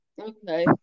Okay